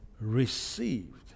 received